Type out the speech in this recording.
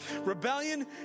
Rebellion